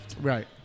Right